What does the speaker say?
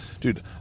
dude